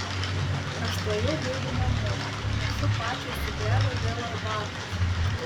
aš tuojau bėgu namo nešu pačiai cukrelio dėl arbatos